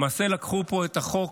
למעשה לקחו פה את החוק